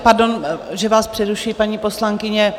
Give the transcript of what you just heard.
Pardon, že vás přerušuji, paní poslankyně.